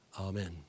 Amen